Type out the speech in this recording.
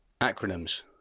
Acronyms